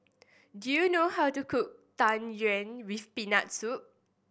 do you know how to cook Tang Yuen with Peanut Soup